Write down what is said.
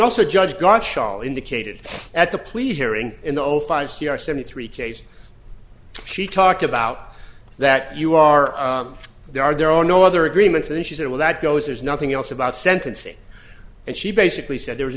also judge guard scholl indicated at the pleas hearing in the whole five c r seventy three case she talked about that you are there are there are no other agreements and she said well that goes there's nothing else about sentencing and she basically said there was